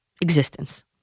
existence